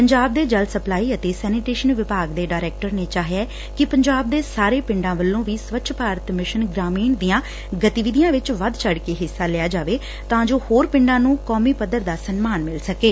ਪੰਜਾਬ ਦੇ ਜਲ ਸਪਲਾਈ ਅਤੇ ਸੈਨੀਟੇਸ਼ਨ ਵਿਭਾਗ ਦੇ ਡਾਇਰੈਕਟਰ ਨੇ ਚਾਹਿਐ ਕਿ ਪੰਜਾਬ ਦੇ ਸਾਰੇ ਪਿੰਡਾ ਵੱਲੋ ਵੀ ਸਵੱਛ ਭਾਰਤ ਮਿਸ਼ਨ ਗ੍ਰਾਮੀਣ ਦੀਆ ਗਤੀਵਿਧੀਆਂ ਵਿੱਚ ਵੱਧ ਚੜ ਕੇ ਹਿੱਸਾ ਲਿਆ ਜਾਵੇ ਤਾਂ ਜੋ ਹੋਰ ਪਿੰਡਾਂ ਨੁੰ ਰਾਸਟਰੀ ਪੱਧਰ ਦਾ ਸਨਮਾਨ ਮਿਲ ਸਕੇ